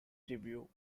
debut